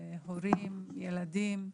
הורים, ילדים.